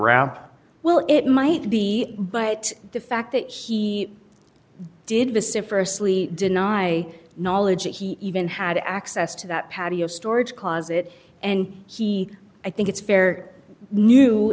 rap well it might be but the fact that he did the sypher asli deny knowledge that he even had access to that patio storage closet and he i think it's fair knew